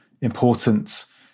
important